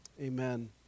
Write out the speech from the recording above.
Amen